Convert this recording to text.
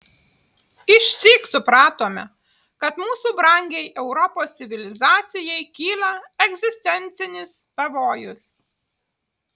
išsyk supratome kad mūsų brangiai europos civilizacijai kyla egzistencinis pavojus